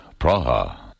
Praha